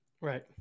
Right